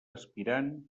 aspirant